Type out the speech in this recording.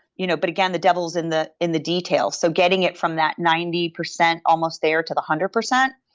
you know but again, the devils in the in the details. so getting it from that ninety percent almost there to the hundred percent,